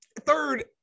third